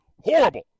Horrible